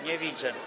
Nie widzę.